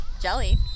jelly